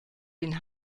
den